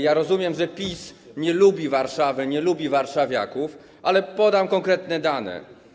Ja rozumiem, że PiS nie lubi Warszawy, nie lubi warszawiaków, ale podam konkretne dane.